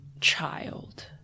child